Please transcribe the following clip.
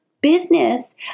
business